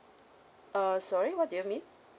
uh sorry what do you mean